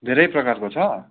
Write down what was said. धेरै प्रकारको छ